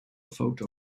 photo